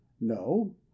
no